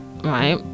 right